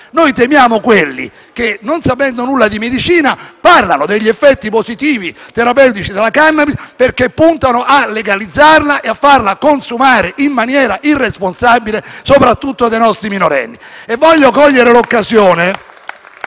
Noi temiamo coloro che, non sapendo nulla di medicina, parlano degli effetti positivi terapeutici della *cannabis* perché puntano e legalizzarla e a farla consumare in maniera irresponsabile soprattutto dai nostri minorenni. *(Applausi dal